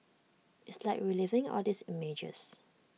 it's like reliving all those images